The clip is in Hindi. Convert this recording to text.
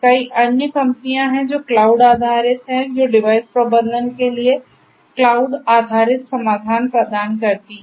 कई अन्य कंपनियां हैं जो क्लाउड आधारित हैं जो डिवाइस प्रबंधन के लिए क्लाउड आधारित समाधान प्रदान करती हैं